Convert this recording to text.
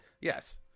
Yes